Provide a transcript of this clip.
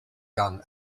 young